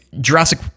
Jurassic